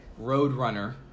roadrunner